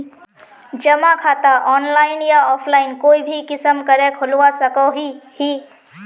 जमा खाता ऑनलाइन या ऑफलाइन कोई भी किसम करे खोलवा सकोहो ही?